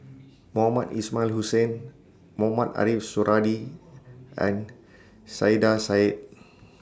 Mohamed Ismail Hussain Mohamed Ariff Suradi and Saiedah Said